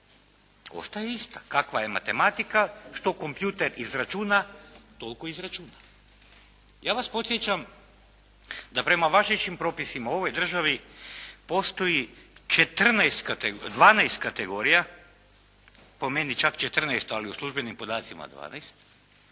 Ostaje ista, kakva je matematika, što kompjuter izračuna toliko izračuna. Ja vas podsjećam da prema važećim propisima u ovoj državi postoji 14, 12 kategorija. Po meni čak 14, ali u službenim podacima 12